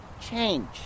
change